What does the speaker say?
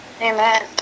Amen